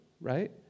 right